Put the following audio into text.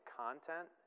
content